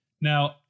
Now